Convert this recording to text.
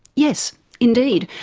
yes indeed.